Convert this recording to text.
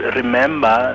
remember